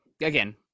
again